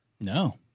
No